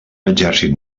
exèrcit